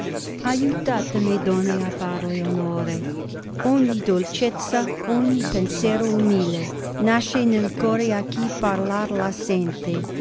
aiutatemi donne a farle onore ogni dolcezza ogni penserò umile nasce nel core a chi parlar